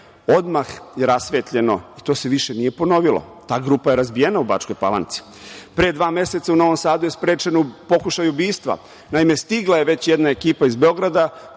odmah je rasvetljeno i to se više nije ponovilo. Ta grupa je razbijena u Bačkoj Palanci. Pre dva meseca u Novom Sadu je sprečen pokušaj ubistva. Naime, stigla je već jedna ekipa iz Beograda